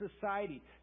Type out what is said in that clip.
society